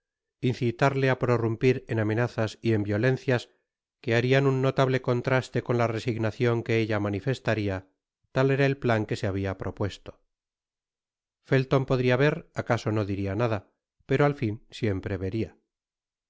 incitarle á prorumpir en amenazas y en violencias que harian un notable contraste con la resignacion que ella manifestaría tal era el plan que se habia propuesto felton podría ver acaso no diría nada pero al fin siempre vería